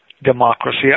Democracy